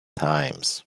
times